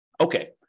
Okay